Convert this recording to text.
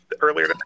earlier